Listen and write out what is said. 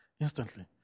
instantly